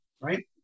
right